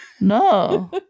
No